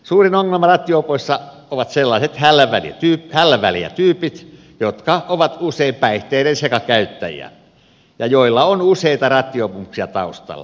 suurin ongelma rattijuopoissa ovat sellaiset hällä väliä tyypit jotka ovat usein päihteiden sekakäyttäjiä ja joilla on useita rattijuopumuksia taustalla